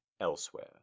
elsewhere